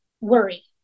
worry